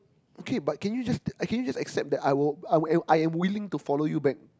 okay but can you just take can you just accept that I will I will I am willing to follow you back